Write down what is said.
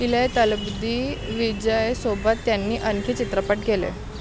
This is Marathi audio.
इलय तलबदि विजयसोबत त्यांनी आणखी चित्रपट केले